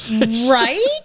right